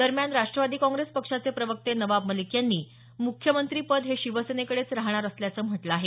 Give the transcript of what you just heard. दरम्यान राष्ट्रवादी काँग्रेस पक्षाचे प्रवक्ते नवाब मलिक यांनी मुख्यमंत्रीपद हे शिवसेनेकडेच राहणार असल्याचं म्हटलं आहे